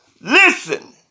Listen